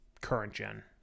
current-gen